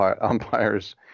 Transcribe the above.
umpires